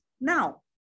now